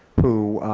who,